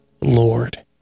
Lord